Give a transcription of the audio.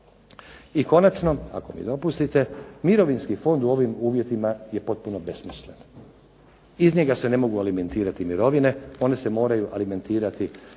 I konačno, ako mi dopustite, mirovinski fond u ovim uvjetima je potpuno besmislen. Iz njega se ne mogu alimentirati mirovine, one se moraju alimentirati